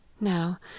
Now